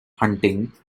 hunting